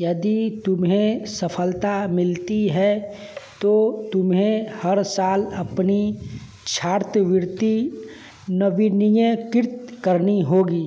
यदि तुम्हें सफलता मिलती है तो तुम्हें हर साल अपनी छात्रवृत्ति नवीनीकीर्त करनी होगी